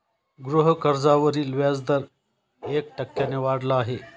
गृहकर्जावरील व्याजदर एक टक्क्याने वाढला आहे